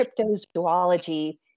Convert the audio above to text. cryptozoology